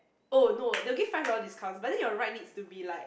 oh no they will give five dollar discount but then your ride needs to be like